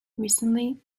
recently